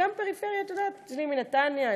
גם פריפריה אצלי בנתניה,